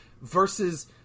versus